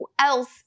else